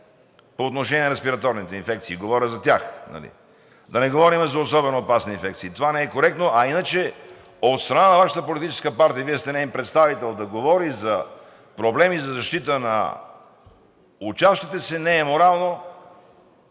по отношение на респираторните инфекции. Говоря за тях, нали. Да не говорим за особено опасни инфекции. Това не е коректно. А иначе от страна на Вашата политическа партия – Вие сте неин представител – да говориш за проблеми за защита на учащите се не е морално